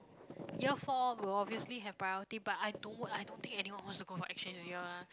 year four will obviously have priority but I don't I don't think anyone wants to go for exchange that year ah